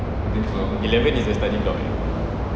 eleven is the study block